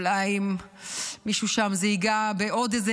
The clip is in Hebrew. אולי אצל מישהו שם זה ייגע בעוד איזה